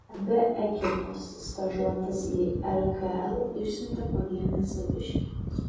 abi ekipos stažuotis į rkl išsiuntė po vieną saviškį